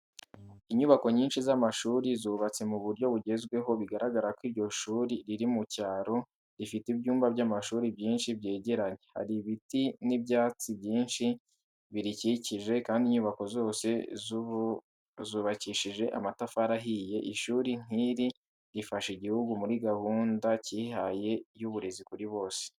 Inyubako nyinshi z’amashuri zubatse mu buryo bugezweho, bigaragara ko iryo shuri riri mu cyaro, rifite ibyumba by’amashuri byinshi byegeranye. Hari ibiti n'ibyatsi byinshi birikikije, kandi inyubako zose zubakishije amatafari ahiye. Ishuri nk’iri rifasha igihugu muri gahunda cyihaye y’uburezi kuri bose.